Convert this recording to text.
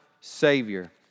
Savior